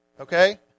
Okay